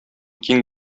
киң